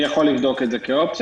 אני יכול לבדוק את זה כאופציה.